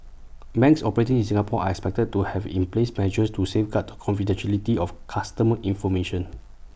banks operating in Singapore are expected to have in place measures to safeguard the confidentiality of customer information